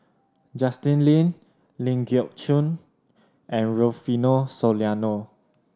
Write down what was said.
Justin Lean Ling Geok Choon and Rufino Soliano